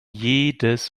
jedes